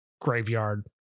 graveyard